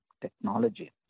technology